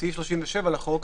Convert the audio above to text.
בסעיף 37 לחוק,